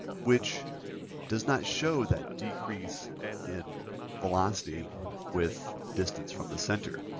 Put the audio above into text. which does not show that decrease in velocity with distance from the center.